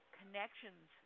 connections